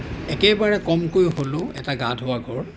একেবাৰে কমকৈ হ'লেও এটা গা ধোৱা ঘৰ